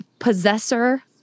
Possessor